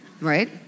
right